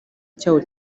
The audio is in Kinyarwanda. cyaho